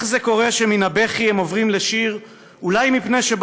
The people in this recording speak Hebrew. / איך זה קורה שמן הבכי הם עוברים לשיר?